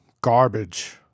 garbage